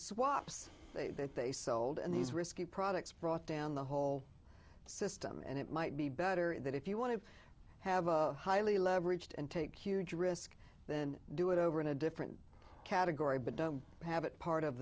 swaps that they sold and these risky products brought down the whole system and it might be better that if you want to have a highly leveraged and take huge risk then do it over in a different category but don't have it part of